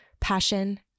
passion